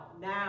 now